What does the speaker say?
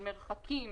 של מרחקים,